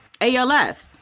ALS